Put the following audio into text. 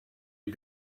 you